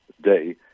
Day